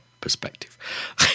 perspective